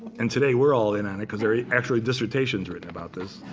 and today, we're all in on it because there are actually dissertations written about this.